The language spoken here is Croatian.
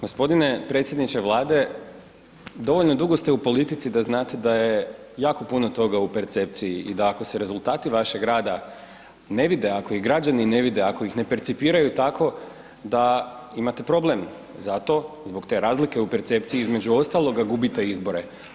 G. predsjedniče Vlade, dovoljno dugo ste u politici da znate da je jako puno toga u percepciji i da ako se rezultati vašeg rada ne vide, ako ih građani ne vide, ako ih ne percipiraju tako da imate problem za to, zbog te razlike u percepciji, između ostaloga gubite izbore.